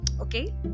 Okay